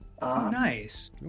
Nice